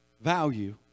Value